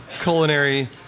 culinary